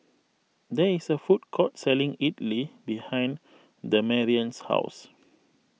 there is a food court selling Idly behind Demarion's house